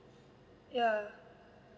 ya